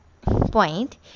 point